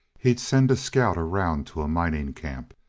he'd send a scout around to a mining camp.